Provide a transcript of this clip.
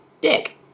dick